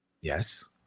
Yes